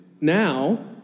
now